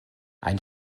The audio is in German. ein